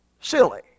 Silly